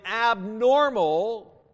abnormal